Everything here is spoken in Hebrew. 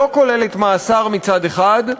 שלא כוללת מאסר מצד אחד,